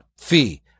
fee